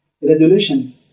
resolution